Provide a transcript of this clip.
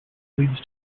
leads